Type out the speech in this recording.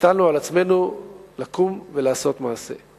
נטלנו על עצמנו לקום ולעשות מעשה.